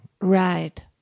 Right